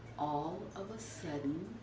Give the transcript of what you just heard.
all of a sudden